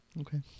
Okay